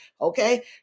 okay